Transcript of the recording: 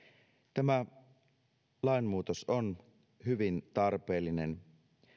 tämä lainmuutos on hyvin tarpeellinen